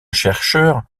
chercheurs